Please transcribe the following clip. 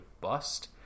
bust